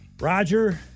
Roger